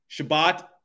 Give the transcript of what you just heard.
Shabbat